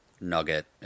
Nugget